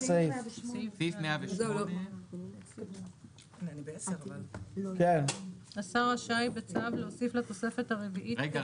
סעיף 108. "השר רשאי בצו להוסיף לתוספת הרביעית" --- רגע,